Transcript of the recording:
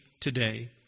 today